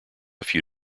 few